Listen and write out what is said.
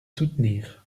soutenir